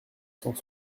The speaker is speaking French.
cent